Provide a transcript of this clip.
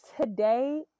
today